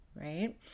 right